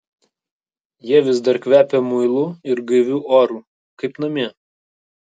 jie vis dar kvepia muilu ir gaiviu oru kaip namie